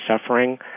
suffering